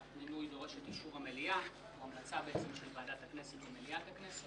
המינוי דורש המלצה של ועדת הכנסת למליאת הכנסת,